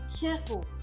careful